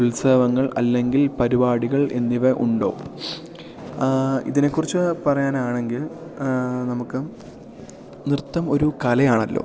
ഉത്സവങ്ങൾ അല്ലെങ്കിൽ പരിപാടികൾ എന്നിവ ഉണ്ടോ ഇതിനെക്കുറിച്ച് പറയാനാണെങ്കിൽ നമുക്ക് നൃത്തം ഒരു കലയാണല്ലോ